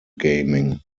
gaming